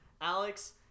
Alex